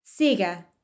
Siga